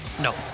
No